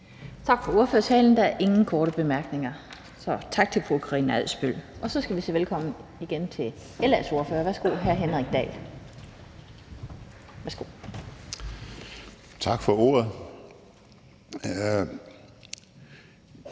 Tak for ordførertalen. Der er ingen korte bemærkninger, så tak til fru Karina Adsbøl. Og så skal vi igen sige velkommen til LA's ordfører. Værsgo, hr. Henrik Dahl. Kl. 15:14 (Ordfører)